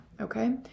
okay